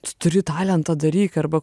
tu turi talentą daryk arba